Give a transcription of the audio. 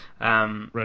Right